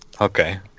Okay